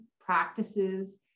practices